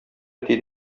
әти